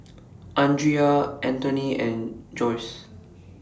Andria Anthoney and Josue